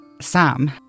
Sam